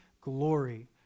glory